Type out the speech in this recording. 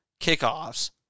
kickoffs